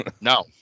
No